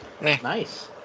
Nice